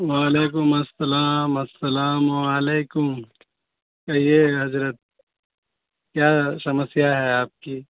وعلیکم السلام السلام علیکم کہیے حضرت کیا سمسیا ہے آپ کی